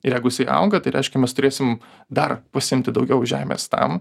ir jeigu jisai auga tai reiškia mes turėsim dar pasiimti daugiau žemės tam